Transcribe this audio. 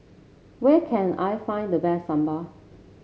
where can I find the best Sambal